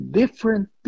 different